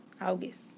August